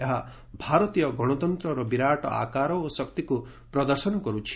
ଏହା ଭାରତୀୟ ଗଣତନ୍ତର ବିରାଟ ଆକାର ଓ ଶକ୍ତିକୁ ପ୍ରଦର୍ଶନ କରୁଛି